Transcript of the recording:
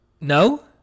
No